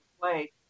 play